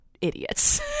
idiots